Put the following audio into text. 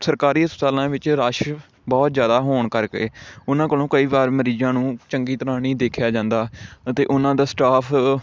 ਸਰਕਾਰੀ ਹਸਪਤਾਲਾਂ ਵਿੱਚ ਰਸ਼ ਬਹੁਤ ਜ਼ਿਆਦਾ ਹੋਣ ਕਰਕੇ ਉਨ੍ਹਾਂ ਕੋਲੋਂ ਕਈ ਵਾਰ ਮਰੀਜ਼ਾਂ ਨੂੰ ਚੰਗੀ ਤਰ੍ਹਾਂ ਨਹੀਂ ਦੇਖਿਆ ਜਾਂਦਾ ਅਤੇ ਉਨ੍ਹਾਂ ਦਾ ਸਟਾਫ਼